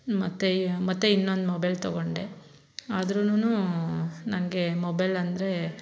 ಮತ್ತು ಇ ಮತ್ತು ಇನ್ನೊಂದು ಮೊಬೈಲ್ ತೊಗೊಂಡೆ ಆದ್ರುನು ನನಗೆ ಮೊಬೈಲ್ ಅಂದರೆ